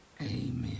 Amen